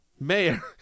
Mayor